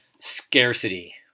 scarcity